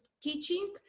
teaching